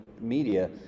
media